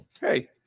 Hey